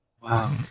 Wow